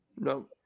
No